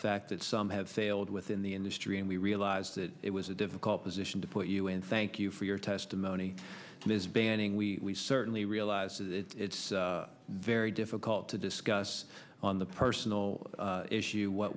fact that some have failed within the industry and we realize that it was a difficult position to put you in thank you for your testimony it is banning we certainly realize it's very difficult to discuss on the personal issue what